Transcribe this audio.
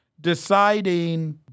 deciding